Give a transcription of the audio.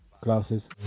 glasses